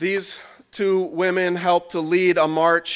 these two women helped to lead a march